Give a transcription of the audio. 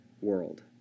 world